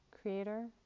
creator